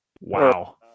Wow